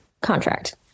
contract